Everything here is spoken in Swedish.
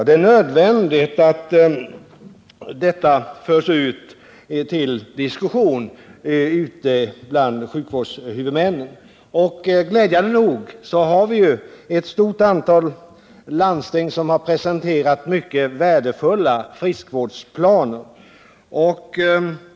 Det är nödvändigt att detta förs ut till diskussion ute bland sjukvårdshuvudmännen. Glädjande nog har ett stort antal landsting presenterat mycket värdefulla friskvårdsplaner.